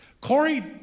Corey